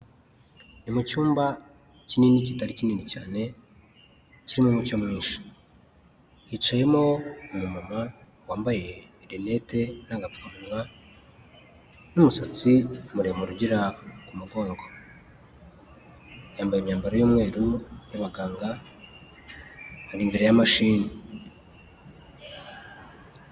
Ni mu cyumba kinini kitari kinini cyane, kirimo umucyo mwinshi, hicayemo umumama wambaye rinete n'agapfukamunwa n'umusatsi muremure ugera ku mugongo, yambaye imyambaro y'umweru y'abaganga, ari imbere ya mashini.